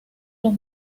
los